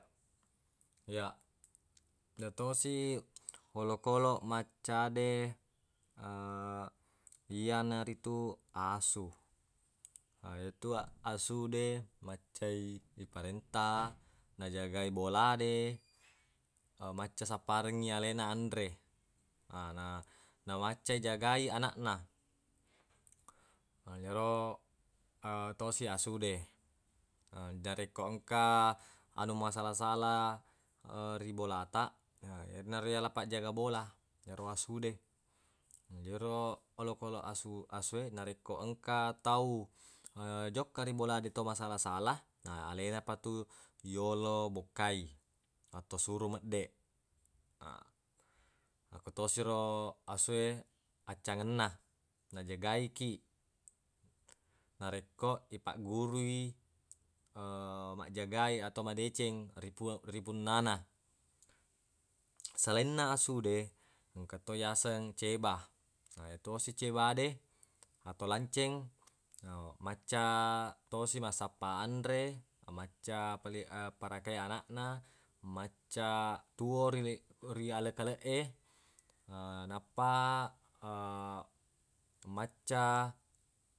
Ya yatosi olokoloq macca de iyanaritu asu na yeru asu de macca i iparenta najagai bola de macca sapparengngi alena anre na maccai jagai anaq na na yero tosi asu de narekko engka nau masala-sala ri bola ta yenaro yala pajjaga bola yero asu de yero olokoloq asu- asu e narekko engka tau jokka ri bola de tau masala-sala na alena patu yolo bokkai atau suro meddeq akko tosi ro asu e accangenna najagai kiq narekko ipagguruwi majjaga e atau madeceng ri puang- ri punnana selainna asu de engka to yaseng ceba na yatosi ceba de atau lanceng macca tosi massappa anre macca pale- parakai anaq na macca tuwo ri li- ri aleq-kaleq e nappa macca.